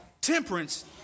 temperance